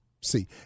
see